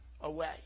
away